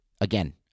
again